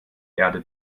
erde